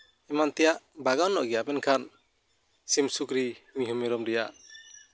ᱮᱢᱟᱱ ᱛᱮᱭᱟᱜ ᱵᱟᱜᱽᱣᱟᱱᱚᱜ ᱜᱮᱭᱟ ᱢᱮᱱᱠᱷᱟᱱ ᱥᱤᱢ ᱥᱩᱠᱨᱤ ᱢᱤᱦᱩᱸ ᱢᱮᱨᱚᱢ ᱨᱮᱭᱟᱜ